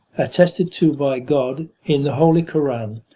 attested to by god, in the holy koran,